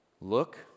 look